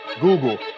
Google